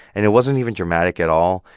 and it wasn't even dramatic at all.